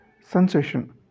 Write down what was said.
Sensation